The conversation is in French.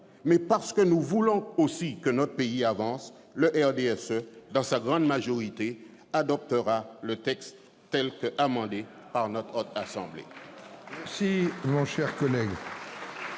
débat, parce que nous voulons aussi que notre pays avance, le RDSE, dans sa grande majorité, votera le texte amendé par notre Haute Assemblée.